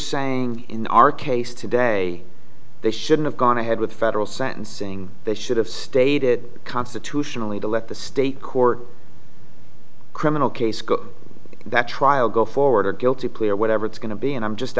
saying in our case today they should've gone ahead with federal sentencing they should have stated constitutionally to let the state court criminal case that trial go forward or guilty plea or whatever it's going to be and i'm just